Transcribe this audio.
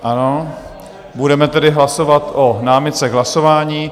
Ano, budeme tedy hlasovat o námitce k hlasování.